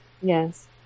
Yes